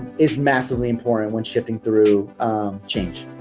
is massively important when shifting through change.